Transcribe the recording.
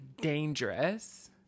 dangerous